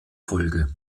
folge